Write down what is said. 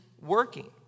working